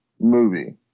movie